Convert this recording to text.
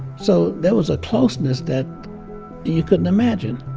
so there was a closeness that you couldn't imagine.